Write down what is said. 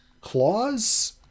claws